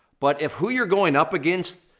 but if who you're going up against,